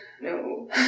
No